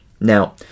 Now